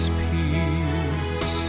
peace